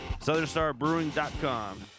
SouthernStarBrewing.com